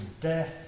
death